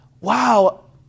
Wow